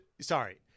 Sorry